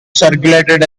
circulated